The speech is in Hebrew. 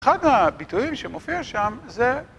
אחד הביטויים שמופיע שם זה